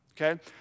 Okay